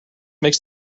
makes